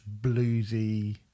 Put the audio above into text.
bluesy